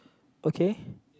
okay